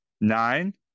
Nine